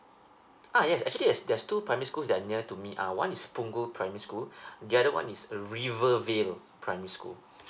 uh yes actually there's there's two primary school that near to me uh one is punggol primary school the other one is a rivervale primary school